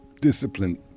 discipline